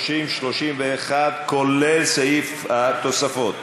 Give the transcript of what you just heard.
30, 31, כולל סעיף התוספות,